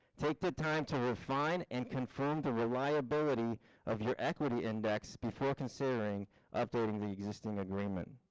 take the time to refine and confirm the reliability of your equity index before considering updating the existing agreement.